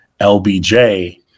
lbj